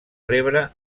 rebre